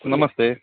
ನಮಸ್ತೆ